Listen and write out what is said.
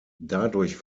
dadurch